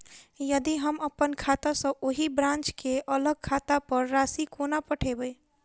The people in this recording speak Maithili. यदि हम अप्पन खाता सँ ओही ब्रांच केँ अलग खाता पर राशि कोना पठेबै?